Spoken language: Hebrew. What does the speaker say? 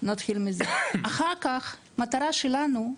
נתחיל מזה, אחר כך המטרה שלנו,